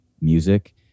music